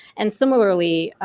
and similarly,